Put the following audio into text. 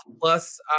plus